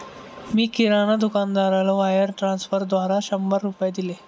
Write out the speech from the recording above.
मी किराणा दुकानदाराला वायर ट्रान्स्फरद्वारा शंभर रुपये दिले